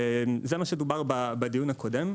זה מה שדובר בדיון הקודם.